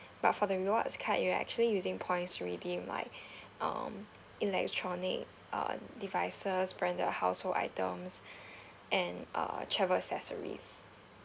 but for the rewards card you are actually using points already like um electronic uh devices branded household items and uh travel accessories